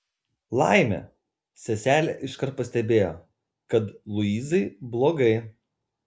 laimė seselė iškart pastebėjo kad luizai blogai